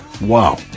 Wow